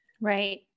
Right